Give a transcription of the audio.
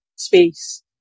Space